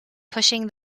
pushing